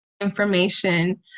information